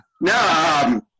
No